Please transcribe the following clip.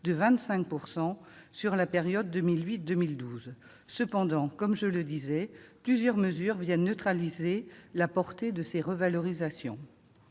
avait été de 25 %. Cependant, comme je le disais, plusieurs mesures viennent neutraliser la portée de ces revalorisations.